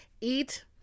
eat